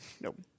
Nope